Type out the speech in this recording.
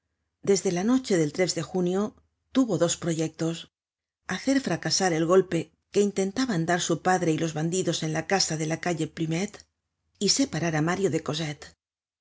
desde la noche del de junio tuvo dos proyectos hacer fracasar el golpe que intentaban dar su padre y los bandidos en la casa de la calle plumet y separar á mario de